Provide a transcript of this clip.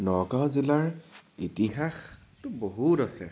নগাওঁ জিলাৰ ইতিহাসতো বহুত আছে